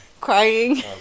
Crying